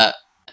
uh